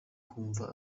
wumva